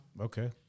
Okay